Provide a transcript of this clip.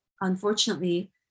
unfortunately